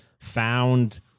found